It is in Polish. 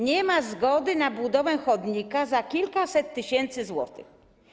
Nie ma zgody na budowę chodnika za kilkaset tysięcy złotych.